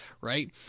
right